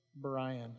Brian